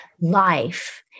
life